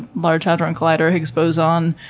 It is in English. large hadron collider, higgs boson.